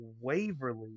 waverly